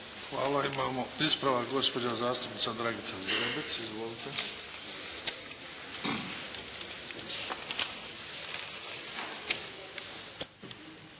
Hvala. Imamo ispravak, gospođa zastupnica Dragica Zgrebec. Izvolite.